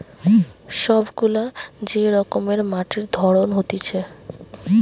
সব গুলা যে রকমের মাটির ধরন হতিছে